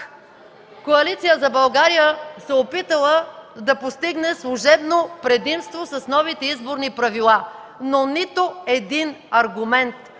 Коалиция за България се опитала да постигне служебно предимство с новите изборни правила, но нито един аргумент,